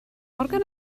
morgan